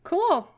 Cool